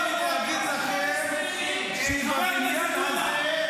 חשוב לי להגיד לכם שבבניין הזה,